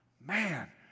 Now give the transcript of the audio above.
Man